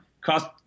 cost